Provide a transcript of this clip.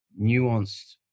nuanced